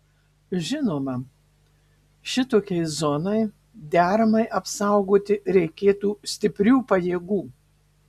žinoma šitokiai zonai deramai apsaugoti reikėtų stiprių pajėgų